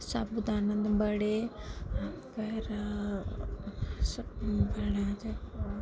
साबू दाने दे बड़े फिर बड़े ते